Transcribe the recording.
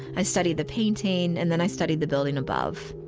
i studied the painting and then i studied the building above.